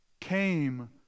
came